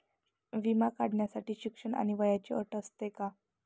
विमा काढण्यासाठी शिक्षण आणि वयाची अट असते का?